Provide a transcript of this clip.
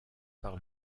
par